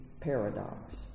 paradox